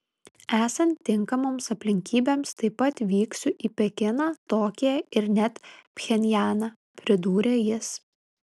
esant tinkamoms aplinkybėms taip pat vyksiu į pekiną tokiją ir net pchenjaną pridūrė jis